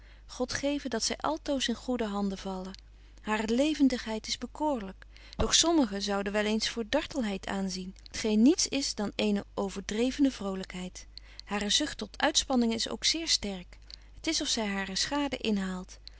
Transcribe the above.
god geve dat zy altoos in goede handen valle hare levendigheid is bekoorlyk doch sommigen zouden wel eens voor dartelheid aanzien t geen niets is dan eene overdreevene vrolykheid hare zucht tot uitspanningen is ook zeer sterk t is of zy hare schade